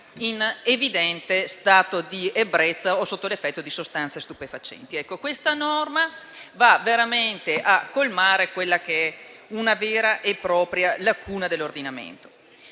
in evidente stato di ebbrezza o sotto l'effetto di sostanze stupefacenti. Questa norma colma una vera e propria lacuna dell'ordinamento.